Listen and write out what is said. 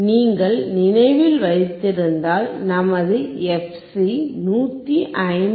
நீங்கள் நினைவில் வைத்திருந்தால் நமது எஃப்சி 159